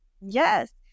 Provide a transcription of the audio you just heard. Yes